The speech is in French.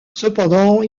cependant